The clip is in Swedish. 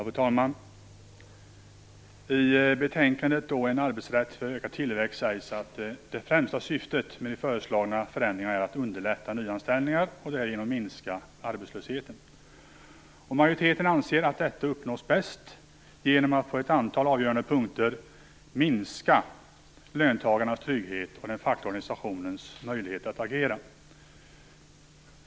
Fru talman! I betänkandet En arbetsrätt för ökad tillväxt sägs att det främsta syftet med de föreslagna förändringarna är att underlätta nyanställningar och att därigenom minska arbetslösheten. Majoriteten anser att detta uppnås bäst genom att vi på ett antal avgörande punkter minskar löntagarnas trygghet och den fackliga organisationens möjlighet att agera.